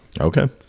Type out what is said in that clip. okay